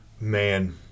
Man